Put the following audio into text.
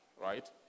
right